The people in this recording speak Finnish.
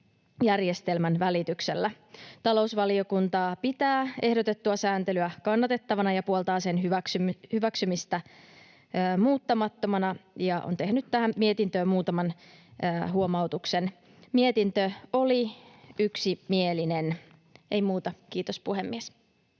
välityksellä. Talousvaliokunta pitää ehdotettua sääntelyä kannatettavana ja puoltaa sen hyväksymistä muuttamattomana ja on tehnyt tähän mietintöön muutaman huomautuksen. Mietintö oli yksimielinen. Ei muuta. — Kiitos, puhemies.